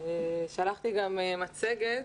שלחתי מצגת.